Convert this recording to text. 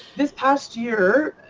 this past year,